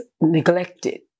neglected